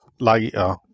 later